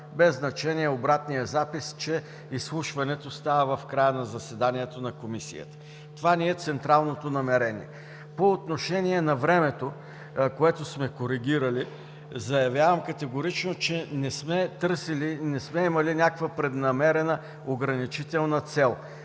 без значение на обратния запис, че изслушването става в края на заседанието на комисията. Това е централното ни намерение. По отношение на времето, което сме коригирали, заявявам категорично, че не сме имали преднамерена ограничителна цел.